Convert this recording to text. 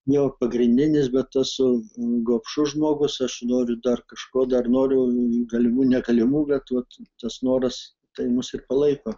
jo pagrindinis bet esu gobšus žmogus aš noriu dar kažko dar noriu galimų negalimų bet vat tas noras tai mus ir palaiko